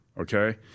okay